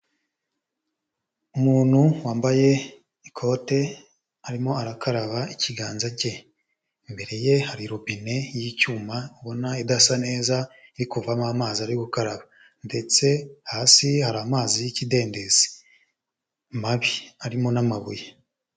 Umuntu wambaye ikote, arimo arakaraba ikiganza cye, imbere ye hari robine y'icyuma ubona idasa neza, iri kuvamo amazi ari gukaraba, ndetse hasi hari amazi y'ikidendezi mabi arimo n'amabuye.